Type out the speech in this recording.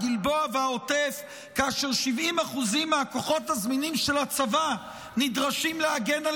הגלבוע והעוטף כאשר 70% מהכוחות הזמינים של הצבא נדרשים להגן על